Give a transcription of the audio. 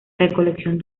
recolección